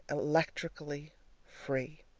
electrically free.